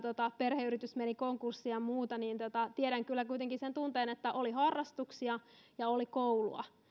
perheyritys meni konkurssiin ja muuta tiedän kyllä kuitenkin sen tunteen että oli harrastuksia ja oli koulua